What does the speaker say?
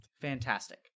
Fantastic